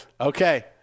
Okay